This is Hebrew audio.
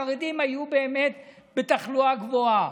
החרדים היו באמת בתחלואה גבוהה,